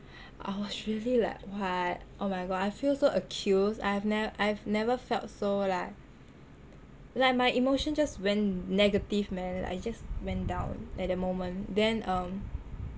I was really like [what] oh my god I feel so accused I've never I've never felt so like like my emotion just went negative man I just went down at the moment then um